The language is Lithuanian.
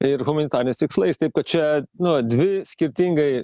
ir humanitariniais tikslais taip kad čia nu dvi skirtingai